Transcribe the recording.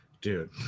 Dude